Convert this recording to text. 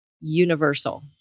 universal